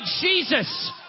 Jesus